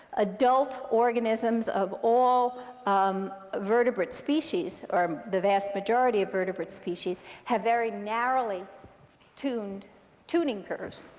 adult organisms of all um vertebrate species, or the vast majority of vertebrate species, have very narrowly tuned tuning curves.